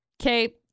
okay